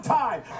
time